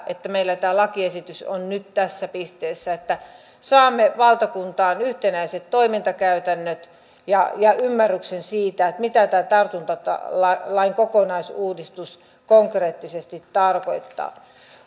että meillä tämä lakiesitys on nyt tässä pisteessä että saamme valtakuntaan yhtenäiset toimintakäytännöt ja ja ymmärryksen siitä mitä tämä tartuntatautilain kokonaisuudistus konkreettisesti tarkoittaa